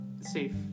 safe